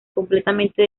completamente